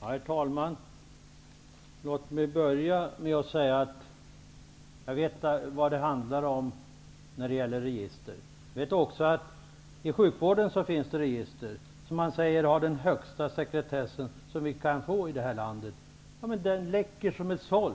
Herr talman! Låt mig börja med att säga att jag vet vad det handlar om när det gäller register. Jag vet också att i sjukvården finns register om vilka man säger att de har den högsta sekretess man kan få här i landet. Men dessa register läcker som såll.